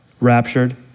raptured